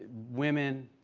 women,